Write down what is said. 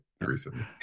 recently